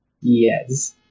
Yes